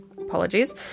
apologies